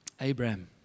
Abraham